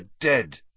dead